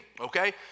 okay